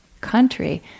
country